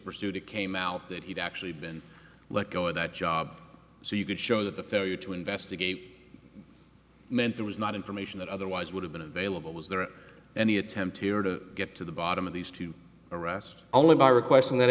pursued it came out that he'd actually been let go of that job so you could show that the failure to investigate meant there was not information that otherwise would have been available was there any attempt here to get to the bottom of these two arrest only by requesting that